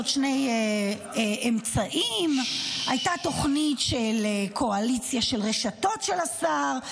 עוד שני אמצעים: הייתה תוכנית של קואליציה של רשתות של השר,